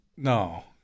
No